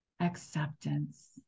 acceptance